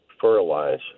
fertilize